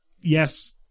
Yes